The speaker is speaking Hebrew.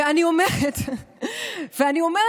ואני אומרת לעצמי,